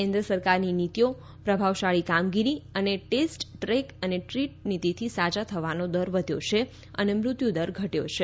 કેન્દ્ર સરકારની નીતિઓ પ્રભાવશાળી કામગીરી અને ટેસ્ટ ટ્રેક અને દ્રીટ નીતિથી સાજા થવાનો દર વધ્યો છે અને મૃત્યુ દર ઘટ્યો છે